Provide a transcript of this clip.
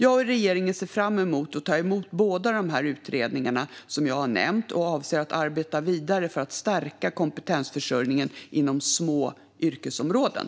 Jag och regeringen ser fram emot att ta emot båda de utredningar som jag har nämnt och avser att arbeta vidare för att stärka kompetensförsörjningen inom små yrkesområden.